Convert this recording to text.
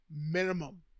minimum